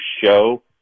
show